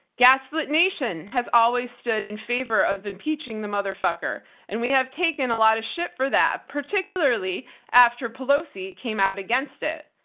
gaslit nation has always stood in favor of impeaching the motherfucker and we have taken a lot of shit for that, particularly after pelosi came out against it.